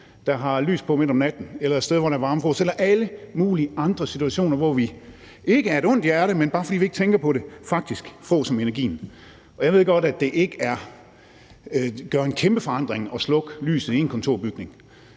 der er lys midt om natten, eller et sted, hvor der er varme på, eller alle mulige andre situationer, hvor vi, ikke af et ondt hjerte, men bare fordi vi ikke tænker på det, faktisk fråser med energien! Og jeg ved godt, at det ikke gør en kæmpe forskel at slukke lyset i én kontorbygning.